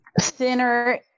thinner